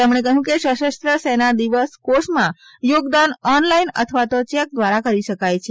તેમણે કહ્યું સશસ્ત્ર સેના ધ્વજ દિવસ કોષમાં યોગદાન ઓનલાઇન અથવા તો ચેક ધ્વારા કરી શકાય છે